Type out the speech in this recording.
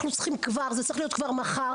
אנחנו כבר צריכים זה צריך להיות כבר מחר,